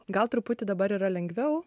gal truputį dabar yra lengviau